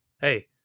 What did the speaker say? hey